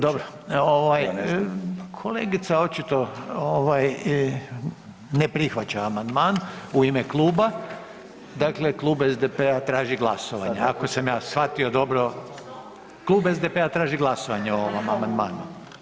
Dobro, ovaj kolegica očito ovaj ne prihvaća amandman u ime kluba, dakle Klub SDP-a traži glasovanje ako sam ja shvatio dobro [[Upadica iz klupe: Što?]] Klub SDP-a traži glasovanje o ovom amandmanu.